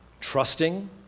trusting